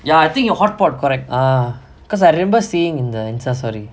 ya I think your hotpot correct ah because I remember seeing in the Instagram story